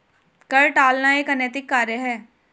कर टालना एक अनैतिक कार्य है